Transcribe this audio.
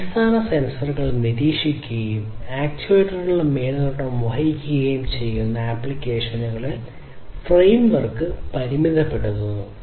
അടിസ്ഥാന സെൻസറുകൾ നിരീക്ഷിക്കുകയും ആക്യുവേറ്ററുകളുടെ മേൽനോട്ടം വഹിക്കുകയും ചെയ്യുന്ന ആപ്ലിക്കേഷനുകളിൽ ഫ്രെയിംവർക്ക് പരിമിതപ്പെടുത്തിയിരിക്കുന്നു